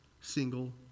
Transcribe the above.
single